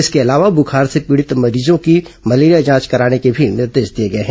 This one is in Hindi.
इसके अलावा बुखार से पीड़ित मरीजों की मलेरिया जांच करने के भी निर्देश दिए गए हैं